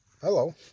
hello